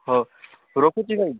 ହଉ ରଖୁଛି ଭାଇ